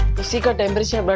secret and but mission. but